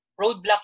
roadblocks